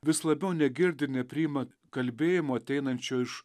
vis labiau negirdi ir nepriima kalbėjimo ateinančio iš